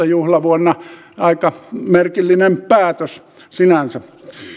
juhlavuonna kaksituhattaseitsemäntoista aika merkillinen päätös sinänsä